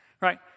Right